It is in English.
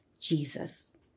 Jesus